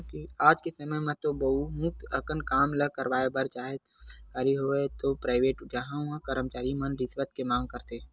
आज के समे म तो बहुत अकन काम ल करवाय बर चाहे ओ सरकारी होवय ते पराइवेट उहां के करमचारी मन रिस्वत के मांग करथे